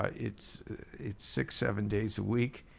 ah it's it's six, seven days a week.